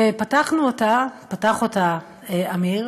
ופתחנו אותה, פתח אותה אמיר,